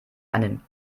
einen